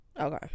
okay